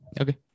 Okay